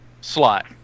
slot